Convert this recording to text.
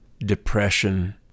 depression